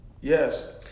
Yes